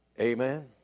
Amen